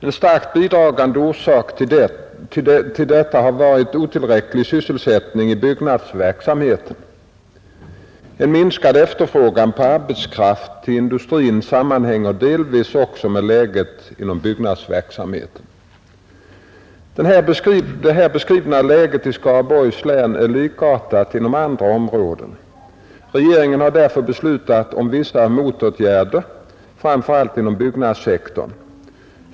En starkt bidragande orsak till detta har varit otillräcklig sysselsättning i byggnadsverksamheten. En minskad efterfrågan på arbetskraft till industrin sammanhänger delvis också med läget inom byggnadsverksamheten. Det här beskrivna läget i Skaraborgs län är likartat inom andra omräden. Regeringen har därför beslutat om vissa motåtgärder framför allt inom byggnadssektorn.